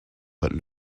but